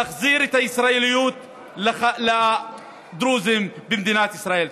להחזיר את הישראליות לדרוזים במדינת ישראל.